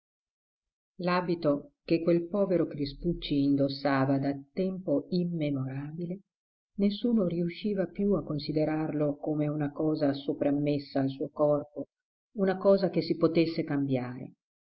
l'abito che quel povero crispucci indossava da tempo immemorabile nessuno riusciva più a considerarlo come una cosa soprammessa al suo corpo una cosa che si potesse cambiare